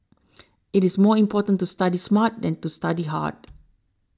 it is more important to study smart than to study hard